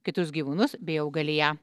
kitus gyvūnus bei augaliją